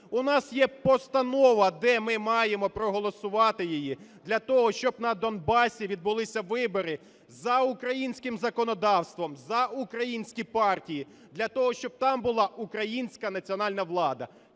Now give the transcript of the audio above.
У нас є постанова, де ми маємо проголосувати її, для того щоб на Донбасі відбулися вибори за українським законодавством за українські партії, для того щоб там була українська національна влада.